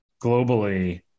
globally